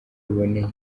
buboneye